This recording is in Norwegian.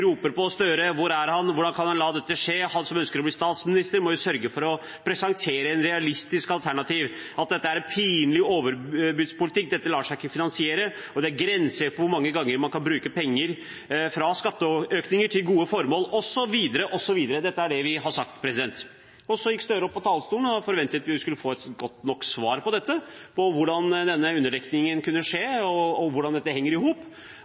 roper på representanten Gahr Støre: Hvor er han? Hvordan kan han la dette skje? Han som ønsker å bli statsminister, må jo sørge for å presentere et realistisk alternativ. Dette er pinlig overbudspolitikk og lar seg ikke finansiere. Det er grenser for hvor mange ganger man kan bruke penger fra skatteøkninger til gode formål, osv., osv. Dette er det vi har sagt. Så gikk representanten Gahr Støre opp på talerstolen, og vi forventet at vi skulle få et godt nok svar på dette – på hvordan denne underdekningen kunne skje, og hvordan dette henger i